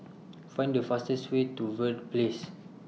Find The fastest Way to Verde Place